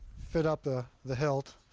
fit up the the hilt,